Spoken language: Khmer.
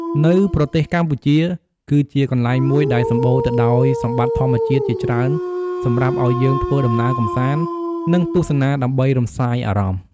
នៅប្រទេសកម្ពុជាគឺជា កន្លែងមួយដែលសម្បូរទៅដោយសម្បិត្តិធម្មជាតិជាច្រើនសម្រាប់ឲ្យយើងធ្វើដំណើរកម្សាន្ត និងទស្សនាដើម្បីរំសាយអារម្មណ៍។